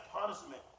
punishment